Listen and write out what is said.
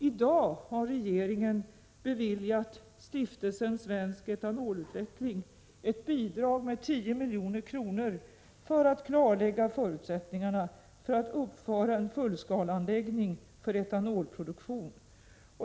I dag har regeringen beviljat Stiftelsen Svensk etanolutveckling ett bidrag på 10 milj.kr. för att klarlägga förutsättningarna för att uppföra en fullskaleanläggning för etanolproduktion.